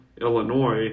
Illinois